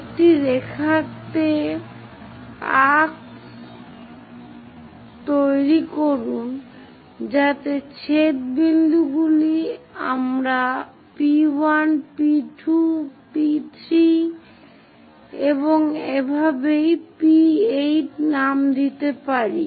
একটি রেখাতে আর্কস তৈরি করুন যাতে ছেদ বিন্দুগুলি আমরা P1 P2 P3 এবং এর মতো P8 নাম দিতে পারি